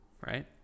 Right